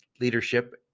leadership